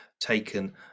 taken